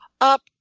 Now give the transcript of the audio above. up